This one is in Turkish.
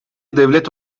devlet